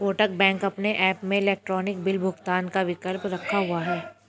Kotak bank अपने app में electronic bill भुगतान का विकल्प रखा हुआ है